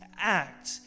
act